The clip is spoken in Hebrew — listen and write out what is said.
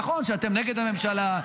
נכון שאתם נגד הממשלה,